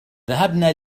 ذهبنا